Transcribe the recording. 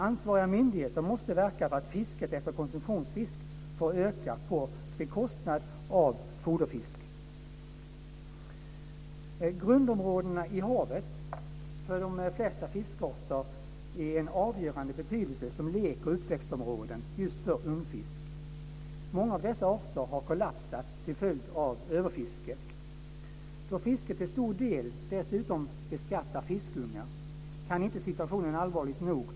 Ansvariga myndigheter måste verka för att fisket efter konsumtionsfisk får öka på bekostnad av foderfisk. Grundområdena i havet har för de flesta fiskarter en avgörande betydelse som lek och uppväxtområden just för ungfisk. Många av dessa arter har kollapsat till följd av överfiske. Då fisket till stor del dessutom beskattar fiskungar kan inte situationen påpekas allvarligt nog.